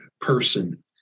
person